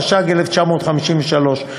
התשי"ג 1953,